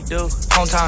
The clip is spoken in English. Hometown